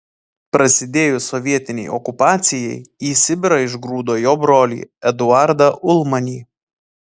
prasidėjus sovietinei okupacijai į sibirą išgrūdo jo brolį eduardą ulmanį